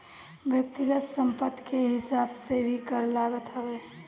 व्यक्तिगत संपत्ति के हिसाब से भी कर लागत हवे